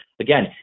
again